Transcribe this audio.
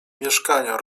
mieszkania